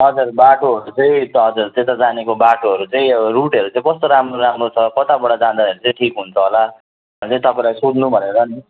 हजुर बाटोहरू चाहिँ हजुर त्यता जानेको बाटोहरू चाहिँ रुटहरू चाहिँ कस्तो राम्रो राम्रो छ कताबाट जाँदाखेरि चाहिँ ठिक हुन्छ होला भनेर तपाईँलाई सोध्नु भनेर नि